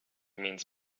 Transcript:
means